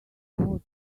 what